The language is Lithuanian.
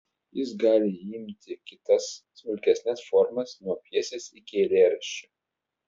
jis gali įimti kitas smulkesnes formas nuo pjesės iki eilėraščio